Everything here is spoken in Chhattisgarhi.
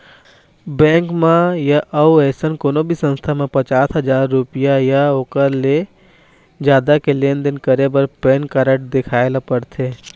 बैंक म य अउ अइसन कोनो भी संस्था म पचास हजाररूपिया य ओखर ले जादा के लेन देन करे बर पैन कारड देखाए ल परथे